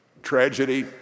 Tragedy